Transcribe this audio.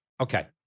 Okay